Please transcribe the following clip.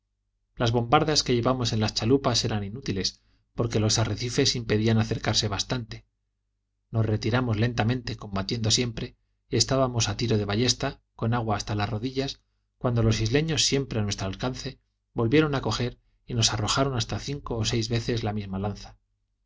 las bombardas que llevamos en las chalupas eran inútiles porque los arrecifes impedían acercarse bastante nos retiramos lentamente combatiendo siempre y estábamos a tiro de ballesta con agua hasta las rodillas cuando los isleños siempre a nuestros alcances volvieron a coger y nos arrojaron hasta cinco o seis veces la misma